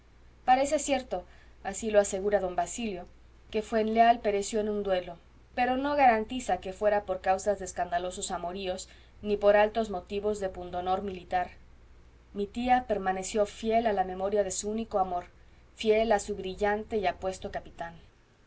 parece cierto así lo asegura don basilio que fuenleal pereció en un duelo pero no garantiza que fuera por causas de escandalosos amoríos ni por altos motivos de pundonor militar mi tía permaneció fiel a la memoria de su único amor fiel a su brillante y apuesto capitán